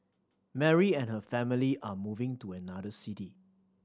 Mary and her family are moving to another city